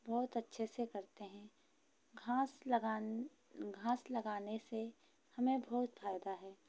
बहुत अच्छे से करते हैं घास लगाने घास लगाने से हमें बहुत फायदा है